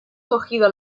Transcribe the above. cogido